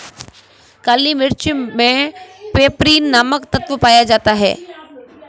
काली मिर्च मे पैपरीन नामक तत्व पाया जाता है